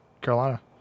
Carolina